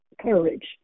courage